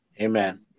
Amen